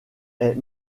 est